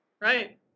Right